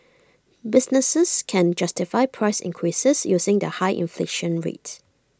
businesses can justify price increases using the high inflation rate